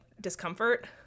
discomfort